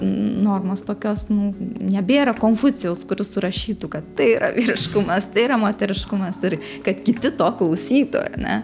normos tokios nu nebėra konfucijaus kuris surašytų kad tai yra vyriškumas tai yra moteriškumas ir kad kiti to klausytų ar ne